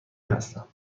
هستم